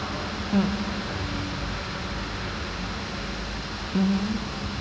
mm mmhmm